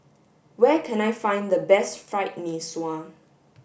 where can I find the best fried Mee Sua